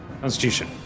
Constitution